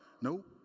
nope